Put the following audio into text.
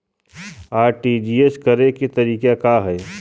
RTGS करे के तरीका का हैं?